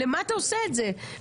למה אתה עושה את זה?